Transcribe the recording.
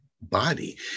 body